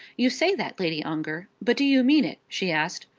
you say that, lady ongar, but do you mean it? she asked.